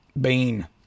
Bean